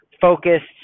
focused